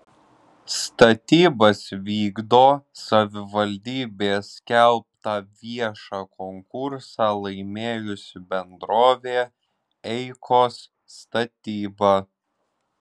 statybas vykdo savivaldybės skelbtą viešą konkursą laimėjusi bendrovė eikos statyba